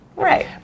Right